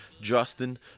Justin